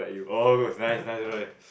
oh nice nice right